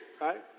right